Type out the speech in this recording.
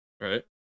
Right